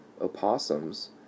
opossums